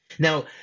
Now